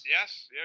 Yes